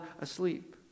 asleep